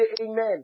Amen